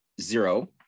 Zero